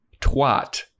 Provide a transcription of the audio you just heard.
Twat